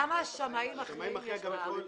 כמה שמאים מכריעים יש בארץ?